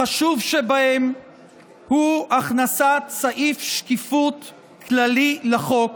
החשוב שבהם הוא הכנסת סעיף שקיפות כללי לחוק,